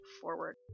forward